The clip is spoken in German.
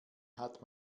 hat